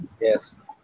Yes